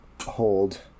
hold